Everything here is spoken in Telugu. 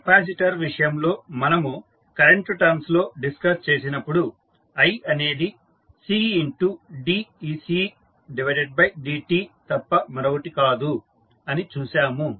కెపాసిటర్ విషయంలో మనము కరెంటు టర్మ్స్ లో డిస్కస్ చేసినప్పుడు i అనేది CdeCdt తప్ప మరోటి కాదు అని చూసాము